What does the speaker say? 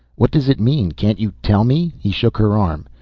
what does it mean? can't you tell me? he shook her arm.